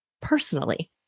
personally